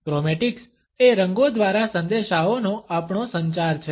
chromatics એ રંગો દ્વારા સંદેશાઓનો આપણો સંચાર છે